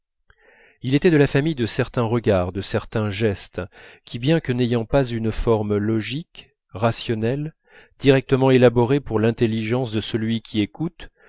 il était de la famille de certains regards de certains gestes qui bien que n'ayant pas une forme logique rationnelle directement élaborée pour l'intelligence de celui qui écoute